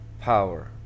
power